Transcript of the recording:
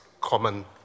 common